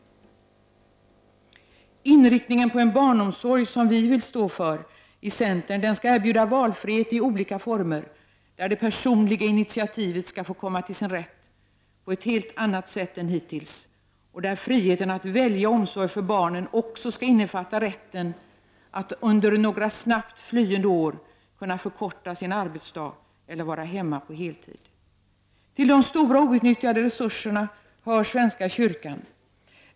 Den inriktning på barnomsorgen som vi i centern vill stå för skall erbjuda valfrihet i olika former, där det personliga initiativet skall få komma till sin rätt på ett helt annat sätt än hittills och där friheten att välja omsorg för barnen också skall innefatta rätten att under några snabbt flyende år kunna förkorta sin arbetsdag eller vara hemma på heltid. Till de stora outnyttjade resurserna hör svenska kyrkan.